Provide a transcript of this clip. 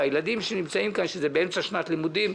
כשזה באמצע שנת לימודים,